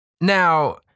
Now